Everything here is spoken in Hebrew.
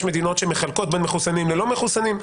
יש מדינות שמחלקות בין מחוסנים ללא מחוסנים,